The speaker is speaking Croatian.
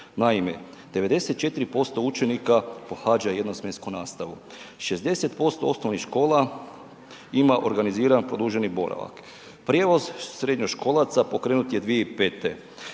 Naime, 94% učenika pohađa jednosmjensku nastavu. 60% osnovnih škola ima organiziran produženi boravak. Prijevoz srednjoškolaca pokrenut je 2005.,